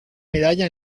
medalla